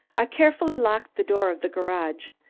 i carefully locked the door of the garage,